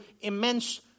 immense